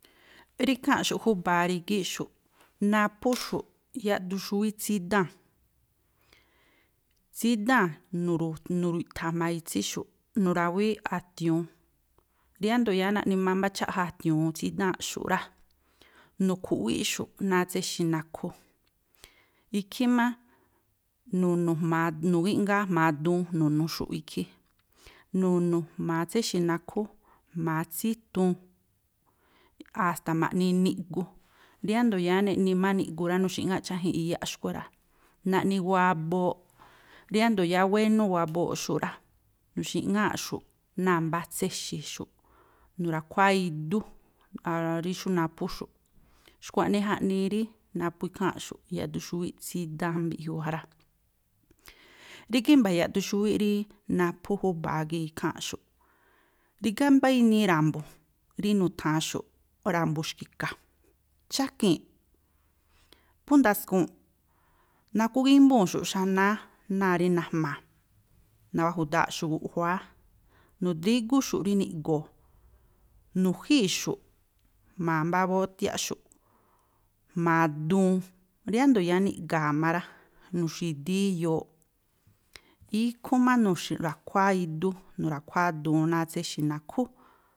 Rí ikháa̱nꞌxu̱ꞌ júba̱a rígíꞌxu̱ꞌ, naphúxu̱ꞌ yaꞌduun xúwíꞌ tsídáa̱n. Tsídáa̱n, nu̱ru̱, nu̱ri̱ꞌtha̱ jma̱ itsíxu̱ꞌ, nu̱rawíí a̱tiu̱un, riándo̱ yáá naꞌni má mbá cháꞌja a̱tiu̱un tsídáa̱nꞌxu̱ꞌ rá. Nu̱khu̱ꞌwíꞌxu̱ꞌ náa̱ tséxi̱ nakhú, ikhí má nu̱nu̱ jma̱a nu̱gíꞌngáá jma̱a duun nu̱nu̱xu̱ꞌ ikhí. Nu̱nu̱ jma̱a tséxi̱ nakhú, jma̱a tsítuun, a̱sta̱ ma̱ꞌni niꞌgu. Ríándo̱ yáá neꞌni má niꞌgu rá, nu̱xi̱ꞌŋáꞌ cháji̱nꞌ iyaꞌ xkui̱ rá, naꞌni wabooꞌ. Riándo̱ yáá wénú wabooꞌxu̱ꞌ rá, nu̱xi̱ŋáa̱ꞌxu̱ꞌ náa̱ mbá tséxi̱xu̱ꞌ, nu̱ra̱khuáá idú rí xú naphúxu̱ꞌ. Xkua̱ꞌnii jaꞌnii rí naphú ikháa̱nꞌxu̱. "Yaꞌduun xúwíꞌ tsídáa̱n" mbiꞌjiuu ja rá. rígá i̱mba̱ yaꞌdu xúwíꞌ rí naphú júba̱a gii̱ ikháa̱nꞌxu̱ꞌ. Rígá mbá inii ra̱mbu̱ rí nu̱tha̱anxu̱ꞌ ra̱mbu̱ xki̱ka̱, chákii̱nꞌ, phú ndaskuu̱nꞌ, nakuá úgímbúu̱nxu̱ꞌ xanáá, náa̱ rí najma̱a̱, nawá ju̱dáa̱ꞌxu̱ gu̱ꞌjuáá, nu̱drígúxu̱ꞌ rí niꞌgo̱o̱, nu̱jíi̱xu̱ꞌ, jma̱a mbá bótiáꞌxu̱ꞌ, jma̱a duun. Riándo̱ yáá niꞌga̱a̱ má rá, nu̱xi̱díí iyooꞌ, ikhú má nu̱xra̱kuáá idú, nu̱ra̱khuáá duun náa̱ tséxi̱ nakhú.